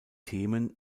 themen